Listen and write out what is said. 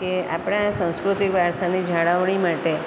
કે આપણા સાંસ્કૃતિક વારસાની જાળવણી માટે